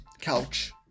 couch